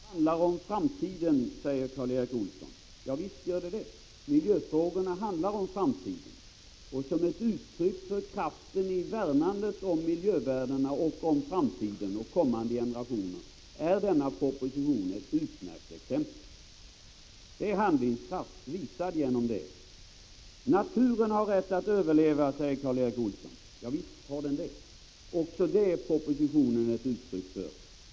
] Fru talman! Det handlar om framtiden, säger Karl Erik Olsson. Ja visst gör det det — miljöfrågorna handlar om framtiden. Som ett uttryck för kraften i värnandet av miljövärdena, framtiden och kommande generationer är denna proposition ett utmärkt exempel. Det är handlingskraft visad genom den. Naturen har rätt att överleva, säger Karl Erik Olsson. Ja visst har den det. Också det är propositionen ett uttryck för.